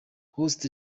horst